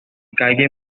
calle